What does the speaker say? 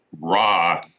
raw